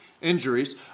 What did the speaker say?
injuries